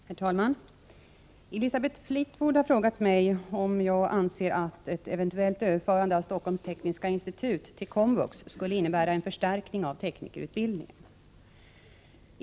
Herr talman! Elisabeth Fleetwood har frågat mig om jag anser att ett eventuellt överförande av Stockholms tekniska institut till komvux skulle innebära en förstärkning av teknikerutbildningen.